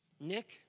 Nick